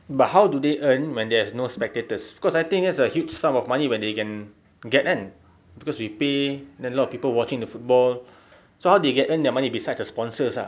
but how do they earn when there's no spectators cause I think that's a huge sum of money where they can get kan cause you pay then a lot of people watching the football so how they can earn their money besides the sponsors ah